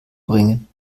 bringen